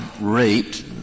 rate